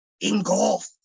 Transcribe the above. engulf